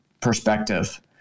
perspective